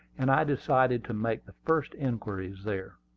and i decided to make the first inquiries there.